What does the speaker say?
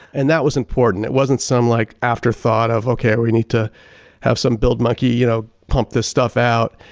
and that was important, it wasn't some like, after thought of okay, we need to have some build monkey, you know, pump this stuff out.